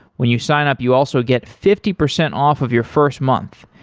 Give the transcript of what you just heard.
when you sign up you also get fifty percent off of your first month.